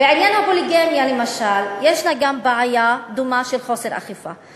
בעניין הפוליגמיה ישנה בעיה דומה של חוסר אכיפה,